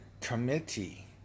committee